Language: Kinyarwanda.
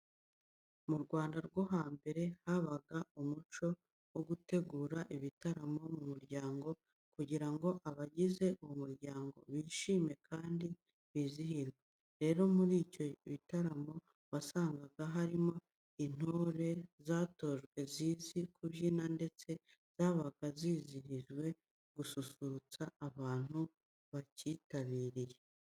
Mu Rwanda rwo hambere habagaho umuco wo gutegura ibitaramo mu muryango kugira ngo abagize uwo muryango bishime kandi bizihirwe. Rero muri ibyo bitaramo wasangaga harimo intore zatojwe zizi kubyina ndetse zabaga zishinzwe gususurutsa abantu bacyitabiriye.